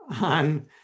on